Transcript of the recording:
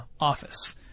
office